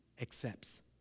accepts